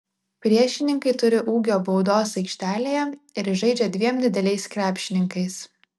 priešininkai turi ūgio baudos aikštelėje ir žaidžia dviem dideliais krepšininkais